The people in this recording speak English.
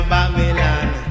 Babylon